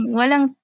walang